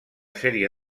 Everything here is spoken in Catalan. sèrie